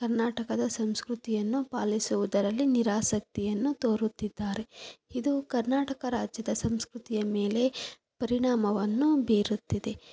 ಕರ್ನಾಟಕದ ಸಂಸ್ಕೃತಿಯನ್ನು ಪಾಲಿಸುವುದರಲ್ಲಿ ನಿರಾಸಕ್ತಿಯನ್ನು ತೋರುತ್ತಿದ್ದಾರೆ ಇದು ಕರ್ನಾಟಕ ರಾಜ್ಯದ ಸಂಸ್ಕೃತಿಯ ಮೇಲೆ ಪರಿಣಾಮವನ್ನು ಬೀರುತ್ತಿದೆ